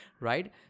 right